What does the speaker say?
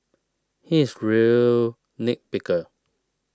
he is real nit picker